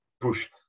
pushed